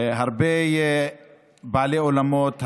שהרבה בעלי אולמות,